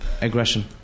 aggression